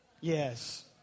Yes